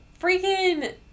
freaking